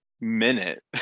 minute